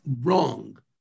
wrong